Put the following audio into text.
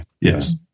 yes